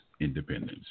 independence